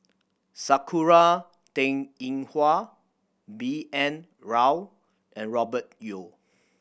Sakura Teng Ying Hua B N Rao and Robert Yeo